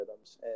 algorithms